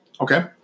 Okay